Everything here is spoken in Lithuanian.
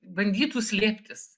bandytų slėptis